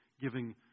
giving